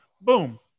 Boom